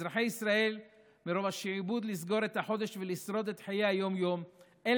אזרחי ישראל מרוב השעבוד לסגור את החודש ולשרוד את חיי היום-יום אין